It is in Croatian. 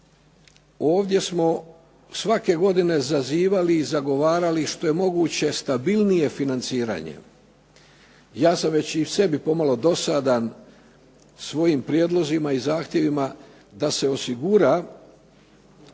ovdje smo svake godine zazivali i zagovarali što je moguće stabilnije financiranje. Ja sam već i sebi pomalo dosadan svojim prijedlozima i zahtjevima da se osigura